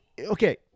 okay